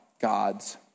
God's